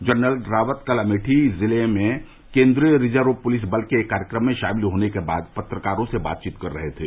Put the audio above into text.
general Rawat कल अमेठी जिले में केंद्रीय रिजर्व पुलिस बल के एक कार्यक्रम में शामिल होने के बाद पत्रकारों से बातचीत कर रहे थे